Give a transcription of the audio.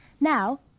Now